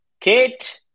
Kate